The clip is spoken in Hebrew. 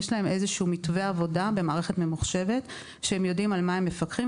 יש להם איזשהו מתווה עבודה במערכת ממוחשבת שהם יודעים על מה הם מפקחים.